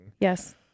Yes